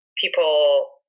people